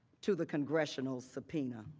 to the congressional subpoena.